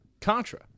Contra